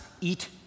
eat